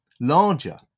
larger